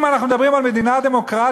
אם אנחנו מדברים על מדינה דמוקרטית,